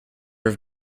have